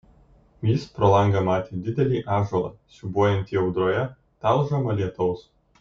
jis pro langą matė didelį ąžuolą siūbuojantį audroje talžomą lietaus